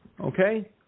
Okay